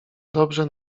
dobrze